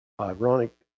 Ironic